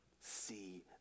see